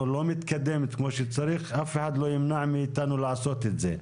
לא מתקדמת כמו שצריך אף אחד לא ימנע מאיתנו לעשות את זה.